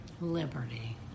Liberty